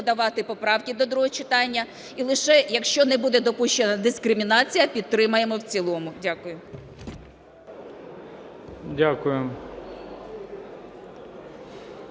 подавати поправки до другого читання. І лише, якщо не буде допущена дискримінація, підтримаємо в цілому. Дякую.